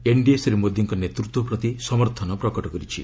NDA Shri ମୋଦିଙ୍କ ନେତୃତ୍ୱ ପ୍ରତି ସମର୍ଥନ ପ୍ରକଟ କରିଛି